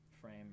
frame